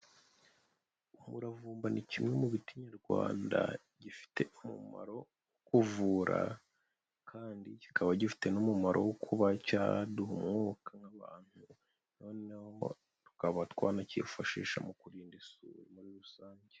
Umuravumba ni kimwe mu biti Nyarwanda gifite umumaro kuvura kandi cyikaba gifite n'umumaro wo kuba cyaduha umwuka abantu noneho tukaba twanakifashisha mu kurinda isuri muri rusange.